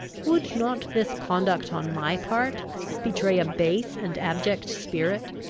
would not this conduct on my part betray a base and abject spirit,